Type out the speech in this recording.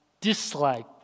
dislike